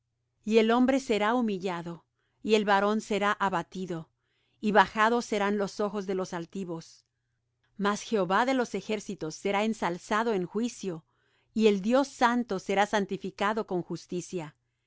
y el hombre será humillado y el varón será abatido y bajados serán los ojos de los altivos mas jehová de los ejércitos será ensalzado en juicio y el dios santo será santificado con justicia